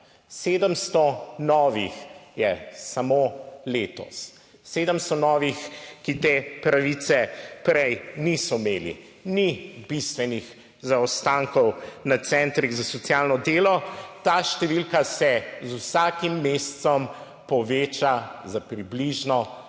700 novih je samo letos, 700 novih, ki te pravice prej niso imeli. Ni bistvenih zaostankov na centrih za socialno delo. Ta številka se z vsakim mesecem poveča za približno sto